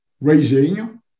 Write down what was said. raising